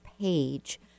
page